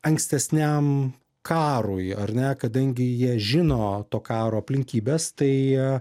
ankstesniam karui ar ne kadangi jie žino to karo aplinkybes tai